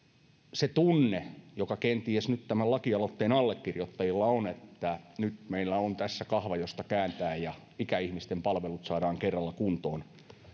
se tunne joka kenties nyt tämän lakialoitteen allekirjoittajilla on että nyt meillä on tässä kahva josta kääntää ja ikäihmisten palvelut saadaan kerralla kuntoon